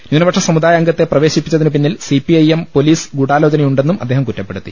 ന്യൂനപക്ഷ സമുദായ അംഗത്തെ പ്രവേശിപ്പിച്ചതിനു പിന്നിൽ സിപിഐഎം പൊലീ സ് ഗൂഢാലോചനയുണ്ടെന്നും അദ്ദേഹം കുറ്റപ്പെടുത്തി